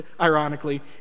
ironically